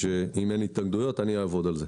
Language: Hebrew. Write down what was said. אם אין התנגדויות, אני אעבוד על זה.